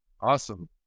awesome